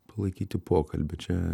palaikyti pokalbį čia